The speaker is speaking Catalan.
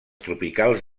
tropicals